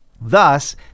Thus